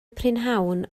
prynhawn